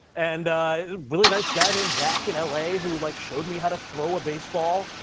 and a really nice guy named zach in l a, who, like, showed me how to throw a baseball.